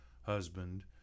husband